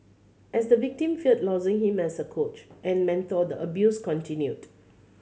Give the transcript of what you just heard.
as the victim feared losing him as a coach and mentor the abuse continued